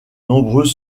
nombreux